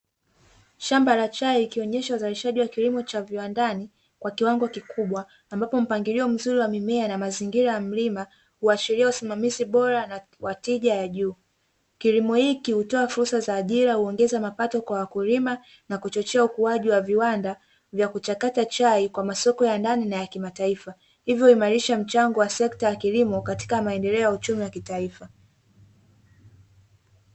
Shamba la chai likionyesha uzalishaji wa kilimo cha viwandani kwa kiwango kikubwa ambapo mpangilio mzuri wa mimea na mazingira ya mlima huashiria usimamizi bora na watija ya juu. Kilimo hiki hutoa fursa za ajira, huongeza kipato kwa wakulima na kuchochea ukuaji wa viwanda vya kuchataka chai kwa masoko ya ndani na ya kimataifa. Ivyo huimarisha mchango wa sekta ya kilimo katika maendeleo ya uchumi wa kitaifa.